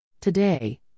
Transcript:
Today